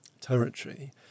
territory